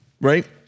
right